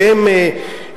שהם,